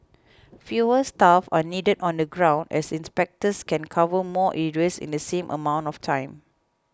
fewer staff are needed on the ground as inspectors can cover more areas in the same amount of time